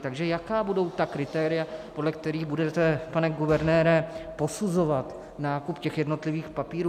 Takže jaká budou ta kritéria, podle kterých budete, pane guvernére, posuzovat nákup těch jednotlivých papírů?